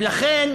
ולכן